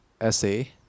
Essay